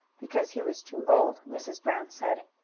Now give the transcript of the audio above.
because he was too old, mrs. brown said.